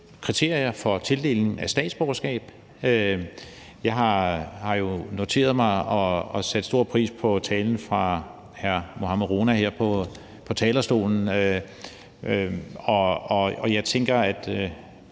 kriterier for tildelingen af statsborgerskab. Jeg satte stor pris på talen fra hr. Mohammad Rona her på talerstolen, og jeg tænker, at